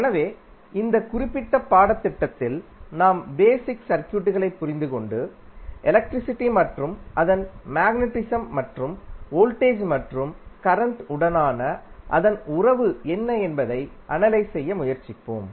எனவே இந்த குறிப்பிட்ட பாடத்திட்டத்தில் நாம் பேசிக் சர்க்யூட்களைப் புரிந்துகொண்டு எலக்ட்ரிசிட்டி மற்றும் அதன் மேக்னடிஸம் மற்றும் வோல்டேஜ் மற்றும் கரண்ட் உடனான அதன் உறவு என்ன என்பதை அனலைஸ் செய்ய முயற்சிப்போம்